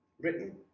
Written